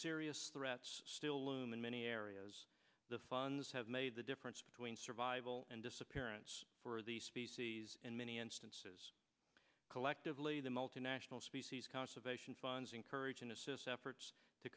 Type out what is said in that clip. serious threats still loom in many areas the funds have made the difference between survival and disappearance for the species in many instances collectively the multinational species conservation funds encourage and assist efforts to